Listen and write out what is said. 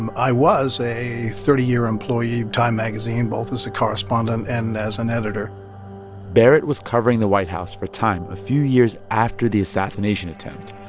um i was a thirty year employee of time magazine, both as a correspondent and as an editor barrett was covering the white house for time a few years after the assassination attempt.